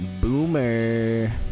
Boomer